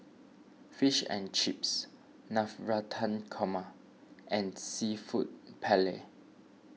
Fish and Chips Navratan Korma and Seafood Paella